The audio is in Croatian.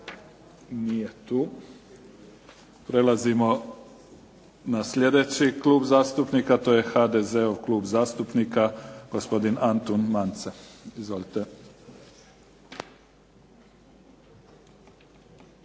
Nije tu. Prelazimo na slijedeći klub zastupnika. Klub zastupnika HDZ-a gospodin Antun Mance. Izvolite.